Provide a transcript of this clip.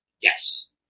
Yes